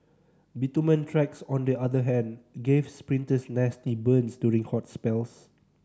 bitumen tracks on the other hand gave sprinters nasty burns during hot spells